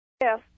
Yes